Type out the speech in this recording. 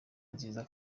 nziza